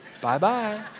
bye-bye